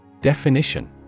Definition